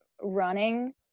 running